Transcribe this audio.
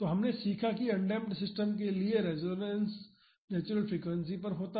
तो हमने सीखा है कि अनडेमप्ड सिस्टम के लिए रेसोनेंस नेचुरल फ्रीक्वेंसी पर होता है